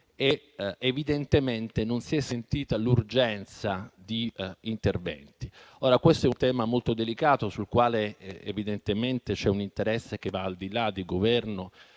ma evidentemente non si è sentita l'urgenza di interventi. Questo è un tema molto delicato, sul quale evidentemente c'è un interesse che va al di là del Governo